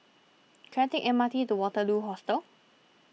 can I take M R T to Waterloo Hostel